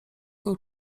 byl